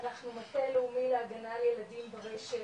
אנחנו מטה לאומי להגנה על ילדים ברשת,